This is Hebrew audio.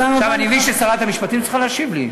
אני מבין ששרת המשפטים צריכה להשיב לי.